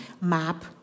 map